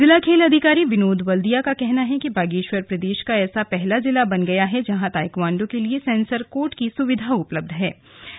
जिला खेल अधिकारी विनोद वल्दिया का कहना है कि बागेश्वर प्रदेश का ऐसा पहला जिला बन गया है जहां ताइक्वांडो के लिए सेंसर कोर्ट की सुविधा उपलब्ध हो गई है